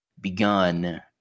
begun